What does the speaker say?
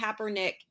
Kaepernick